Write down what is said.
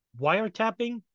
wiretapping